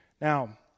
Now